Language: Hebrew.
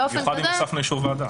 במיוחד אם הוספנו אישור ועדה.